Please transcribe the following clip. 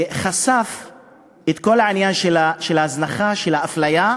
חשפה את כל העניין של ההזנחה, של האפליה,